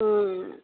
ಹ್ಞೂ